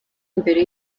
mbere